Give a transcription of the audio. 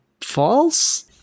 false